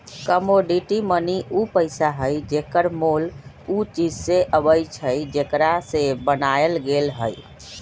commodity money उ पइसा हइ जेकर मोल उ चीज से अबइ छइ जेकरा से बनायल गेल हइ